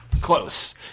Close